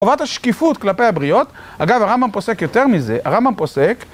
עובדת השקיפות כלפי הבריות, אגב הרמבם פוסק יותר מזה, הרמבם פוסק